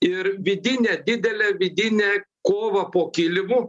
ir vidinę didelę vidinę kovą po kilimu